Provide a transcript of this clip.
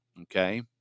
Okay